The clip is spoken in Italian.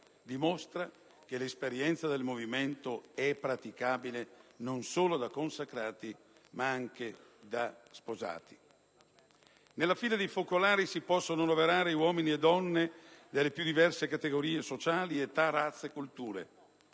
dimostra che l'esperienza del movimento è praticabile non solo da consacrati ma anche da sposati. Nelle fila dei focolari si possono annoverare uomini e donne delle più diverse categorie sociali, razze e culture: